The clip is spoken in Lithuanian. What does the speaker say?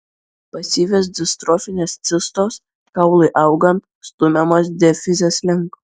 pasyvios distrofinės cistos kaului augant stumiamos diafizės link